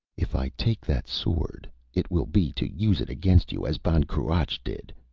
if i take that sword, it will be to use it against you as ban cruach did!